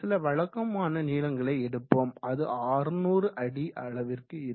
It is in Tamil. சில வழக்கமான நீளங்களை எடுப்போம் அது 600 அடி அளவிற்கு இருக்கும்